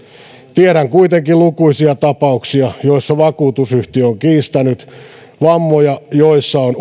tiedän kuitenkin lukuisia tapauksia joissa vakuutusyhtiö on kiistänyt vammoja joista on